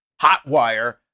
Hotwire